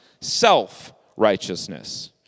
self-righteousness